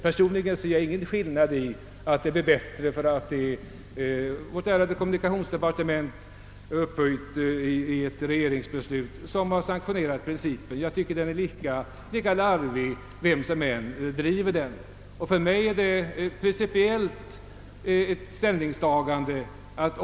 Personligen kan jag inte inse att det gör någon skillnad, att det är vårt ärade kommunikationsdepartement som fått principen sanktionerad i ett regeringsbeslut; principen är lika osnygg vem som än tillämpar den, För mig är detta ett principiellt ställningstagande.